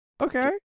Okay